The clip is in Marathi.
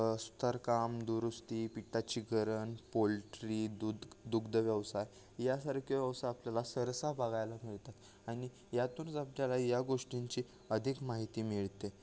सुतारकाम दुरुस्ती पिठाची गिरण पोल्ट्री दूध दुग्धव्यवसाय यासारखी व्यवसाय आपल्याला सरसा बघायला मिळतात आणि यातूनच आपल्याला या गोष्टींची अधिक माहिती मिळते